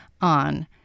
on